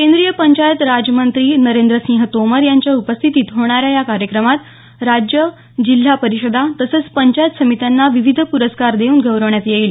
केंद्रीय पंचायत राज मंत्री नरेंन्द्र सिंह तोमर यांच्या उपस्थितीत होणाऱ्या या कार्यक्रमात राज्य जिल्हा परिषदा तसंच पंचायत समित्यांना विविध प्रस्कार देऊन गौरवण्यात येईल